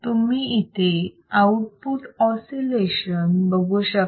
तुम्ही इथे output oscillation बघू शकता